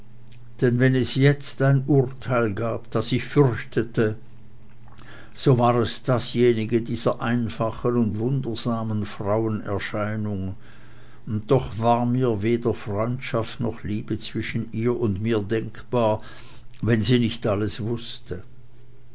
denn wenn es jetzt ein urteil gab das ich fürchtete so war es dasjenige dieser einfachen und wundersamen frauenerscheinung und doch war mir weder freundschaft noch liebe zwischen ihr und mir denkbar wenn sie nicht alles wußte